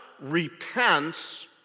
repents